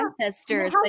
ancestors